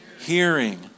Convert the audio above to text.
Hearing